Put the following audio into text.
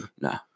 Nah